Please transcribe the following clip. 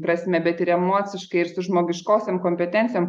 prasme bet ir emociškai ir su žmogiškosiom kompetencijom